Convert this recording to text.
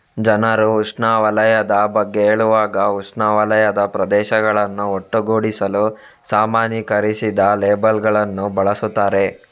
ಜನರು ಉಷ್ಣವಲಯದ ಬಗ್ಗೆ ಹೇಳುವಾಗ ಉಷ್ಣವಲಯದ ಪ್ರದೇಶಗಳನ್ನು ಒಟ್ಟುಗೂಡಿಸಲು ಸಾಮಾನ್ಯೀಕರಿಸಿದ ಲೇಬಲ್ ಗಳನ್ನು ಬಳಸುತ್ತಾರೆ